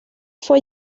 fue